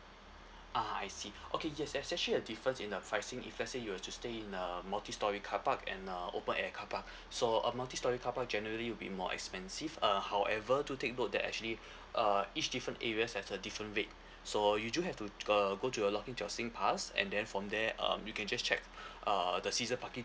ah I see okay yes there's actually a difference in the pricing if let's say you were to stay in a multi storey carpark and uh open air carpark so a multi storey carpark generally will be more expensive uh however do take note that actually uh each different areas there's a different rate so you do have to uh go to your login to your singpass and then from there um you can just check uh the season parking